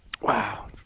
Wow